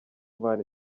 imana